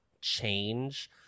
change